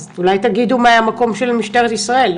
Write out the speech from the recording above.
אז אולי תגידו מהמקום של משטרת ישראל,